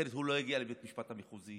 אחרת הוא לא יגיע לבית משפט המחוזי,